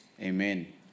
amen